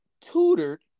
tutored